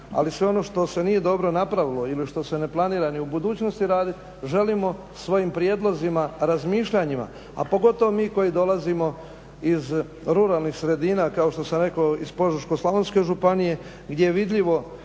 Ali sve ono što se nije dobro napravilo ili što se ne planira ni u budućnosti radit želimo svojim prijedlozima, razmišljanjima, a pogotovo mi koji dolazimo iz ruralnih sredina kao što sam rekao iz Požeško-slavonske županije gdje je vidljivo